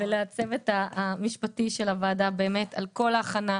ולצוות המשפטי של הוועדה על כל ההכנה,